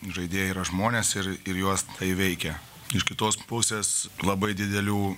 žaidėjai yra žmonės ir ir juos tai veikia iš kitos pusės labai didelių